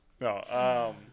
No